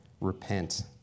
Repent